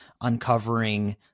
uncovering